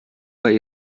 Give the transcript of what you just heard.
bei